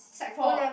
sec-four